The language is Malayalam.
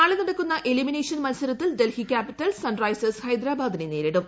നാളെ നടക്കുന്ന എലിമിനേഷൻ മൽസരത്തിൽ ഡൽഹി ക്യാപിറ്റൽസ് സൺ റൈസേഴ്സ് ഹൈദ്ദ്രാബാദിനെ നേരിടും